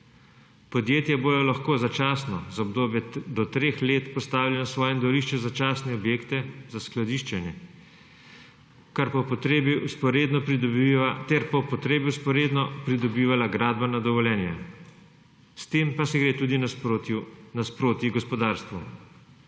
Podjetja bodo lahko začasno za obdobje do treh let postavila na svojem dvorišču začasne objekte za skladiščenje ter po potrebi vzporedno pridobivala gradbena dovoljenja. S tem pa se gre tudi nasproti gospodarstvu.